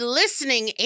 listening